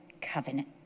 covenant